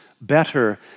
better